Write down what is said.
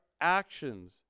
actions